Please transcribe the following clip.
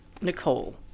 nicole